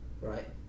right